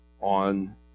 on